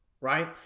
right